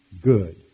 good